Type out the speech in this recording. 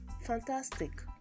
Fantastic